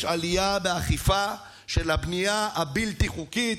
יש עלייה באכיפה של הבנייה הבלתי-חוקית.